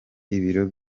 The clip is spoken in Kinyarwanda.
ibiro